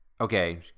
okay